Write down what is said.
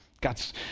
God's